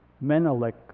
Menelik